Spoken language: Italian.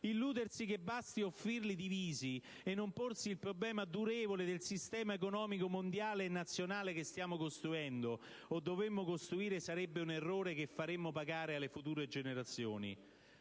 Illudersi che basti offrirli divisi, e non porsi il problema durevole del sistema economico mondiale e nazionale che stiamo costruendo, o dovremmo costruire, sarebbe un errore che faremmo pagare alle future generazioni.